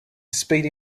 speedy